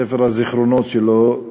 ספר הזיכרונות שלו,